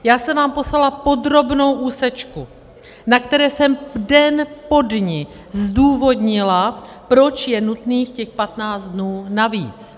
Já jsem vám poslala podrobnou úsečku, na které jsem den po dni zdůvodnila, proč je nutných těch 15 dnů navíc.